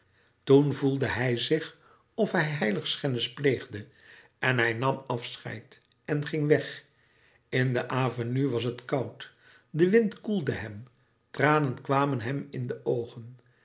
toen voelde hij zich of hij heiligschennis pleegde en hij nam afscheid en ging weg in de avenue was het koud de wind koelde hem tranen kwamen louis couperus metamorfoze hem in de oogen